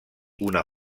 una